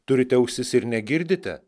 turite ausis ir negirdite